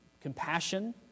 compassion